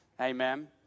Amen